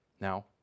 Now